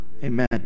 Amen